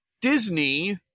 Disney